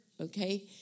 okay